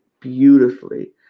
beautifully